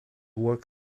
work